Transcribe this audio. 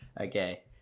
Okay